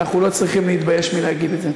אנחנו לא צריכים להתבייש מלהגיד את זה.